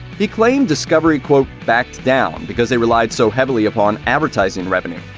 he claimed discovery quote backed down because they relied so heavily upon advertising revenue.